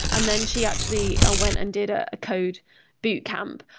and then she actually ah went and did a code boot camp.